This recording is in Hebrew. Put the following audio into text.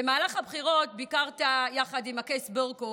במהלך הבחירות ביקרת יחד עם הקייס של יהודי אתיופיה ברקו